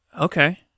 Okay